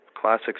classic